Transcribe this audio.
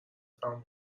تموم